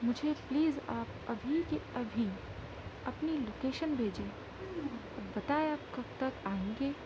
مجھے پلیز آپ ابھی کے ابھی اپنی لوکیشن بھیجیں اور بتائیں آپ کب تک آئیں گے